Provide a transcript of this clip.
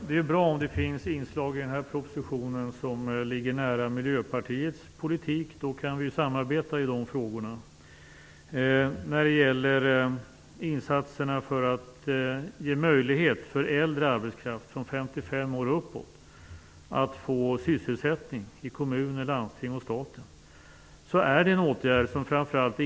Fru talman! Det är bra om det i denna proposition finns inslag som ligger nära Miljöpartiets politik, för då kan vi samarbeta i de frågorna. Insatserna är framför allt inriktade på att ge äldre arbetskraft - människor som är 55 år eller äldre - möjlighet att få sysselsättning i kommunen, landstinget eller staten.